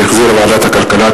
שהחזירה ועדת הכלכלה.